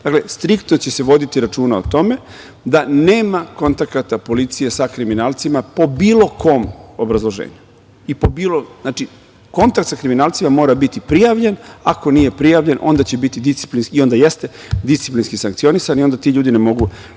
Dakle, striktno će se voditi računa o tome da nema kontakata policije sa kriminalcima po bilo kom obrazloženju. Znači, kontakt sa kriminalcima mora biti prijavljen. Ako nije prijavljen, onda će biti disciplinski sankcionisan i onda ti ljudi ne mogu